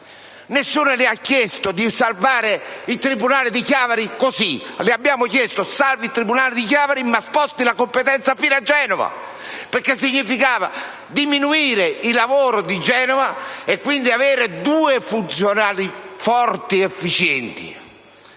Nessuno le ha chiesto di salvare il tribunale di Chiavari così com'è; le abbiamo chiesto di salvare il tribunale di Chiavari, ma di spostare la competenza fino a Genova, perché ciò significava diminuire il lavoro di Genova e avere due funzionari forti ed efficienti.